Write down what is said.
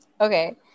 okay